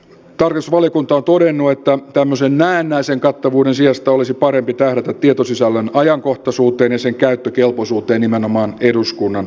tarkastusvaliokunta on todennut että tämmöisen näennäisen kattavuuden sijasta olisi parempi tähdätä tietosisällön ajankohtaisuuteen ja sen käyttökelpoisuuteen nimenomaan eduskunnan päätöksenteossa